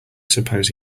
suppose